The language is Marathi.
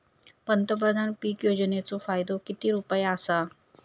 पंतप्रधान पीक योजनेचो फायदो किती रुपये आसा?